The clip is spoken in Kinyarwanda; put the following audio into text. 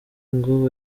ngo